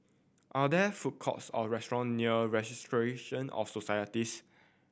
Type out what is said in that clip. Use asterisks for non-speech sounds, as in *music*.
are there food courts or restaurant near *unintelligible* of Societies